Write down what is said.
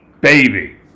baby